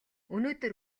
өнөөдөр